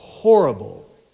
horrible